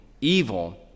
evil